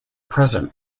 present